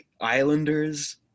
Islanders